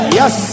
yes